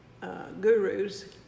gurus